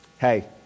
Hey